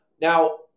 Now